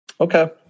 Okay